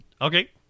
Okay